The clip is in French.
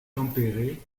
tempéré